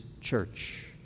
church